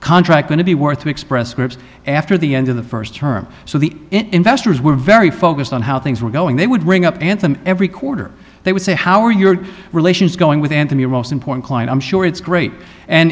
contract going to be worth to express scripts after the end of the first term so the investors were very focused on how things were going they would ring up anthem every quarter they would say how are your relations going with and i'm your most important client i'm sure it's great and